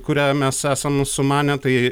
kurią mes esam sumanę tai